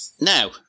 Now